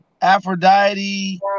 Aphrodite